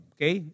Okay